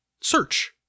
search